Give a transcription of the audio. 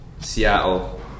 Seattle